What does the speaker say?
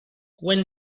when